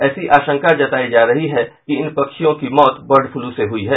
ऐसी आशंका जतायी जा रही है कि इन पक्षियों की मौत बर्ड फ्लू से हुयी है